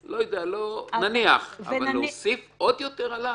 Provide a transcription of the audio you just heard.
נניח, אבל להוסיף עוד יותר?